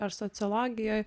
ar sociologijoj